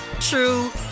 true